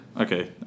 Okay